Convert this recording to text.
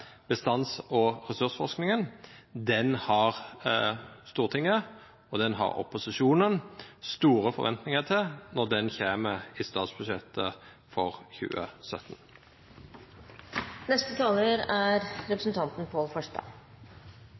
har Stortinget og opposisjonen store forventninger til når den kommer i statsbudsjettet for